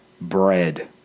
bread